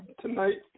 tonight